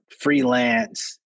freelance